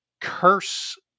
curse